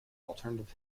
alternative